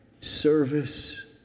service